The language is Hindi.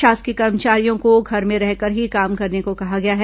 शासकीय कर्मचारियों को घर में रहकर ही काम करने को कहा गया है